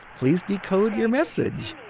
please decode your message.